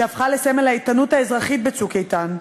שהפכה לסמל האיתנות האזרחית ב"צוק איתן",